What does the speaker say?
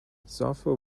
software